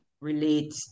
relate